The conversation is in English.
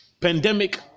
pandemic